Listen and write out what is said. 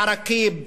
בעראקיב,